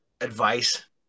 advice